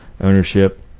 ownership